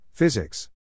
Physics